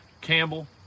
Campbell